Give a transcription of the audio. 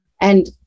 And-